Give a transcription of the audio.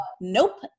nope